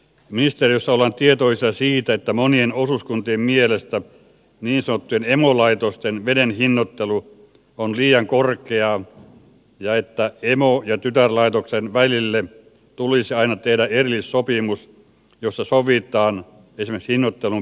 ministeriössä ollaan tietoisia siitä että monien osuuskuntien mielestä niin sanottujen emolaitosten veden hinnoittelu on liian korkea ja että emo ja tytärlaitoksen välille tulisi aina tehdä erillissopimus jossa sovitaan esimerkiksi hinnoittelun perusteista